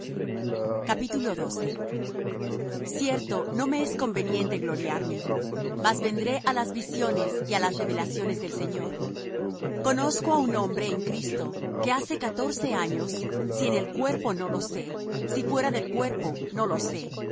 sus manos cierto no me es conveniente gloriarme mas vendré á las visiones y á las revelaciones del señor conozco á un hombre en cristo que hace catorce años si en el cuerpo no lo sé si fuera del cuerpo no lo sé